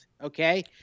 Okay